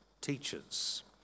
teachers